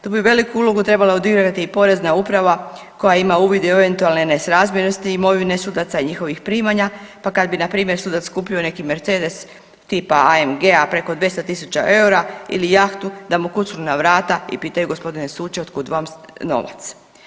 Tu bi veliku ulogu trebala odigrati i Porezna uprava koja ima uvid i u eventualne nesrazmjernosti imovine sudaca i njihovih primanja pa kad bi npr. sudac kupio neki Mercedes tipa AMG-a preko 10.000 EUR-a ili jahtu da mu kucnu na vrata i pitaju gospodine suče od kud vam novac.